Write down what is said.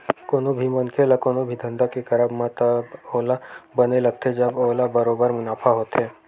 कोनो भी मनखे ल कोनो भी धंधा के करब म तब ओला बने लगथे जब ओला बरोबर मुनाफा होथे